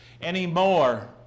anymore